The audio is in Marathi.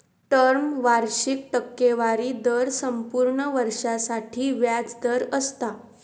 टर्म वार्षिक टक्केवारी दर संपूर्ण वर्षासाठी व्याज दर असता